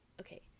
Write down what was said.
okay